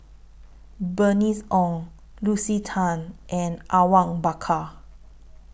Bernice Ong Lucy Tan and Awang Bakar